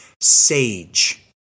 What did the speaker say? Sage